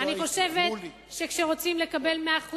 אני חושבת שכשרוצים לקבל 100%,